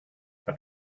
but